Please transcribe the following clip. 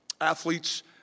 athletes